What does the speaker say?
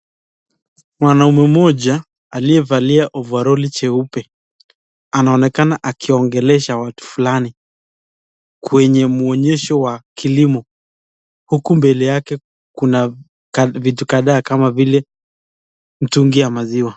Mwanaume mmoja aliyevalia ovaroli jeupe anaonekana akiogelesha watu fulani kwenye muonyesho wa kilimo uku mbele yake kuna vitu kadhaa kama vile mtungi ya maziwa.